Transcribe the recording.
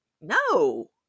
no